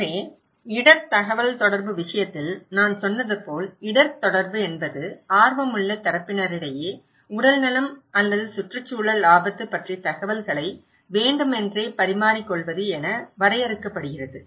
எனவே இடர் தகவல்தொடர்பு விஷயத்தில் நான் சொன்னது போல் இடர் தொடர்பு என்பது ஆர்வமுள்ள தரப்பினரிடையே உடல்நலம் அல்லது சுற்றுச்சூழல் ஆபத்து பற்றிய தகவல்களை வேண்டுமென்றே பரிமாறிக்கொள்வது என வரையறுக்கப்படுகிறது